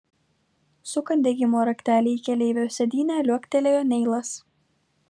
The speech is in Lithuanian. sukant degimo raktelį į keleivio sėdynę liuoktelėjo neilas